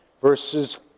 Verses